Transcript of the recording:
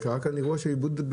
קרה כאן אירוע של איבוד בלמים.